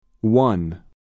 One